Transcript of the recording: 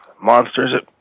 Monsters